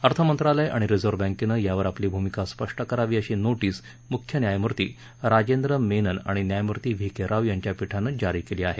अर्थमंत्रालय आणि रिझर्व बँकैनं यावर आपली भूमिका स्पष्ट करावी अशी नोटीस मुख्य न्यायमूर्ती राजेंद्र मेनन आणि न्यायमूर्ती व्ही के राव यांच्या पीठानं जारी केली आहे